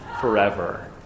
forever